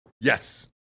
yes